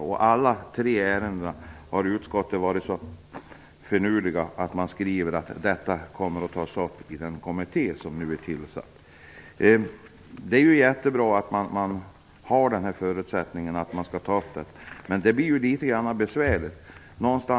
Beträffande alla tre ärendena har utskottet varit finurligt nog att skriva att de här frågorna kommer att tas upp i den kommitté som nu är tillsatt. Det är mycket bra att man skall ta upp sådana här frågor. Men litet besvärligt blir det.